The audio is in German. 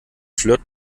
flirt